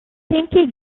pinky